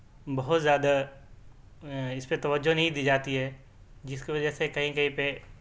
بہت زیادہ اس پہ توجہ نہیں دی جاتی ہے جس کی وجہ سے کہیں کہیں پہ